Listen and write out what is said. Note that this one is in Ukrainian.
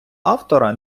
автора